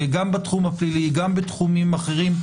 גם בתחום הפלילי וגם בתחומים אחרים,